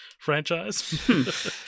franchise